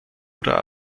oder